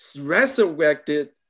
resurrected